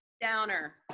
downer